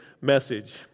message